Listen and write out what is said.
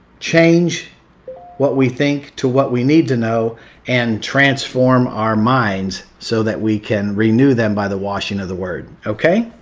change what we think to what we need to know and transform our minds so that we can renew them by the washing of the word, okay?